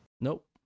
nope